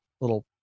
little